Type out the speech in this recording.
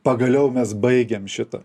pagaliau mes baigėm šitą